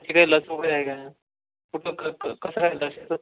त्याची काही लस वगैरे आहे का कुठं क क कसं करायचं लसचं